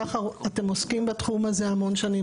שחר, אתם עוסקים בתחום הזה המון שנים.